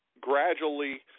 gradually